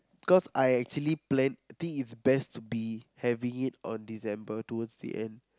cause I actually planned the thing it's best to be having it on December towards the end